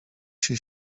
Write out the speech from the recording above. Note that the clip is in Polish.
się